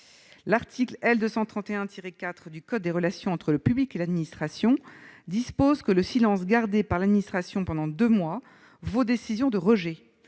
L'article L. 231-4 du code des relations entre le public et l'administration dispose que le silence gardé par l'administration pendant deux mois vaut décision de rejet,